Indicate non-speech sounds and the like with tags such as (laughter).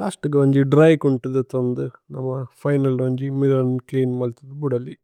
ലസ്തു। ഗുന്ജി ദ്ര്യ് കുന്തു ദിഥന്ദു നമ ഫിനല് ഗുന്ജി। മിലന് ച്ലേഅന് (hesitation) മല്ഥന്ദു ബുദലി।